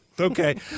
Okay